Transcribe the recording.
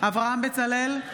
אברהם בצלאל,